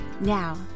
Now